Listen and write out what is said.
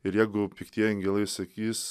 ir jeigu piktieji angelai sakys